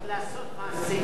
צריך לעשות מעשים.